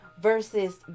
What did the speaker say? versus